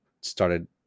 started